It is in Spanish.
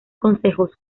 consejos